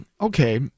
okay